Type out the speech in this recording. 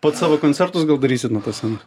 pats savo koncertus gal darysit nuo tos scenos